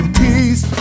peace